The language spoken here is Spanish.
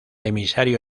emisario